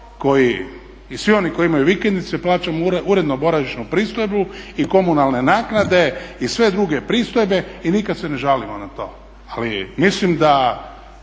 ja i svi oni koji imaju vikendice plaćam uredno boravišnu pristojbu i komunalne naknade i sve druge pristojbe i nikad se ne žalimo na to. Ali mislim da